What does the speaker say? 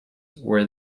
were